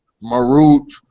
Marut